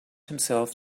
himself